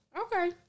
Okay